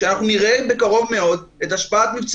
שאנחנו נראה בקרוב מאוד את השפעת מבצע